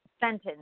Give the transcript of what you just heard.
sentence